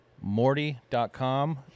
Morty.com